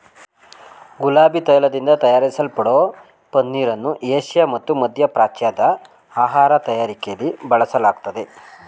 ಗುಲಾಬಿ ತೈಲದಿಂದ ತಯಾರಿಸಲ್ಪಡೋ ಪನ್ನೀರನ್ನು ಏಷ್ಯಾ ಮತ್ತು ಮಧ್ಯಪ್ರಾಚ್ಯದ ಆಹಾರ ತಯಾರಿಕೆಲಿ ಬಳಸಲಾಗ್ತದೆ